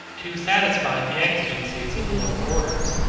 to satisfy the exigencies of the lower orders,